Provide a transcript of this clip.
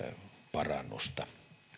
parannusta